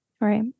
right